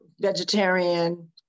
vegetarian